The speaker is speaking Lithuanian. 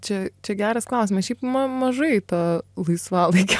čia čia geras klausimas šiaip ma mažai to laisvalaikio